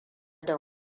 da